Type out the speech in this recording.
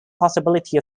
possibility